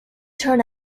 turn